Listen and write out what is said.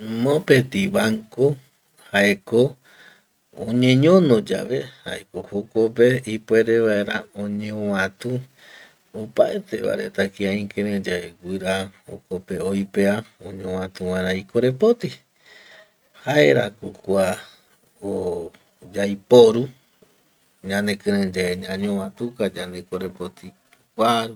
Mopeti banco jaeko oñeñono yave jaeko jokope ipuere vaera oeñeovatu opaeteva reta kia ikirei yae guira jokope oipea oñovatu vaera ikoropoti jaerako kua o yaiporu ñanekireiyae ñañovatuka yande korepoti kua rupi